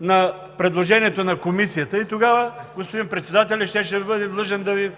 на предложението на Комисията и тогава господин председателят щеше да бъде длъжен да